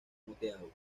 moteado